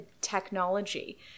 technology